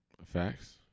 Facts